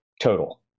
total